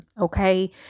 Okay